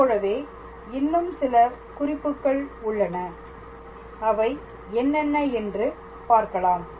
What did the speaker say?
இதைப்போலவே இன்னும் சில குறிப்புகள் உள்ளன அவை என்னென்ன என்று பார்க்கலாம்